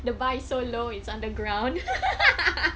the buy so low it's underground